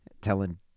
telling